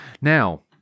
Now